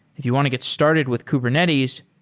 if you want to get started with kubernetes,